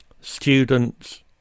students